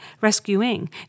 Rescuing